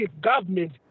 government